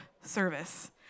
service